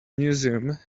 museum